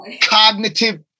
Cognitive